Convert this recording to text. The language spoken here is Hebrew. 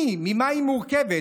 ממי וממה היא מורכבת,